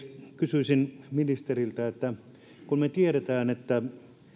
kysyisin ministeriltä kun me tiedämme että